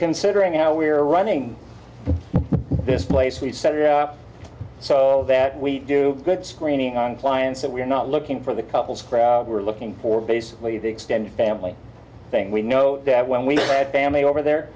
considering how we're running this place we've set it up so that we do good screening on clients that we're not looking for the couples we're looking for basically the extended family thing we know that when we had family over there